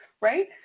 right